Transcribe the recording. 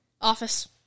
Office